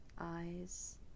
eyes